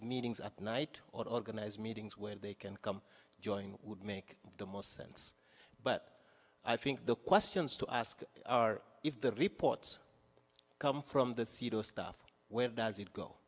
to meetings at night or organize meetings where they can come join would make the most sense but i think the questions to ask are if the reports come from this stuff where